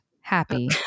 happy